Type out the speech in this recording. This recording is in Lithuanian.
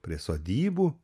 prie sodybų